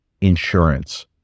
insurance